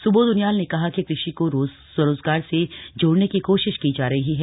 सुबोध उनियाल ने कहा कि कृषि को स्वरोजगार से जोड़ने की कोशिश की जा रही है